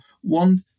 one